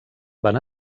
van